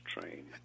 train